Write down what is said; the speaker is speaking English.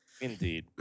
Indeed